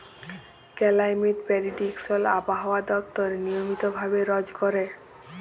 climate prediction আবহাওয়া দপ্তর নিয়মিত ভাবে রজ ক্যরে